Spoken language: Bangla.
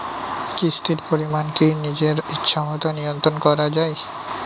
কিস্তির পরিমাণ কি নিজের ইচ্ছামত নিয়ন্ত্রণ করা যায়?